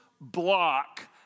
block